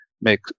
make